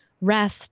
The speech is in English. rest